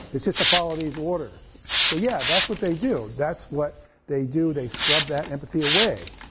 it's just to follow these orders. so yeah, that's what they do, that's what they do, they scrub that empathy away.